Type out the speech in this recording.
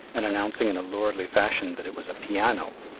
and announcing in a lordly fashion that it was a piano,